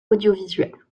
audiovisuels